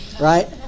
Right